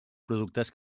productes